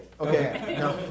Okay